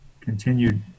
continued